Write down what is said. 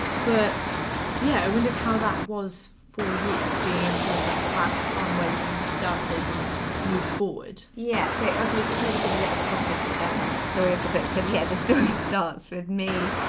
but yeah when does how that was for you being able to reflect back on where you started and moved forward. yeah so ah so it like maybe give a little potted and story of the book, so the yeah the story starts with me,